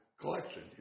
collection